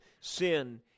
sin